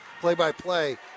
play-by-play